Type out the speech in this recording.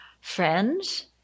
Friends